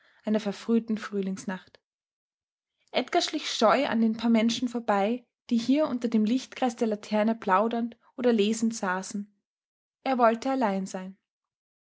einer verfrühten frühlingsnacht edgar schlich scheu an den paar menschen vorbei die hier unter dem lichtkreis der laternen plaudernd oder lesend saßen er wollte allein sein